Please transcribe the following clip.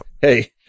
Hey